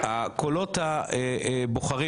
קולות הבוחרים,